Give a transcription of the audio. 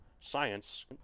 science